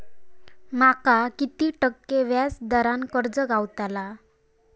माका किती टक्के व्याज दरान कर्ज गावतला?